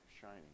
shining